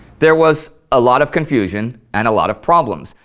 there was a lot of confusion and a lot of problems,